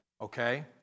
okay